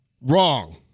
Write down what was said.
Wrong